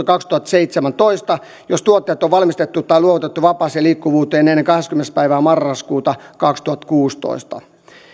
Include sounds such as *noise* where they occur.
*unintelligible* kaksituhattaseitsemäntoista jos tuotteet on valmistettu tai luovutettu vapaaseen liikkuvuuteen ennen kahdeskymmenes päivää marraskuuta kaksituhattakuusitoista